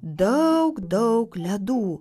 daug daug ledų